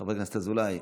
חבר הכנסת אזולאי,